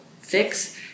fix